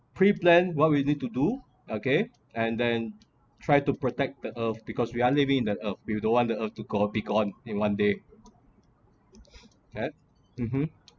pre plan what we need to do okay and then try to protect the earth because we are living in the earth we don’t want the earth to go be gone in one day okay mmhmm